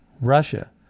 Russia